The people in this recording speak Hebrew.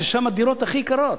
ששם הדירות הכי יקרות.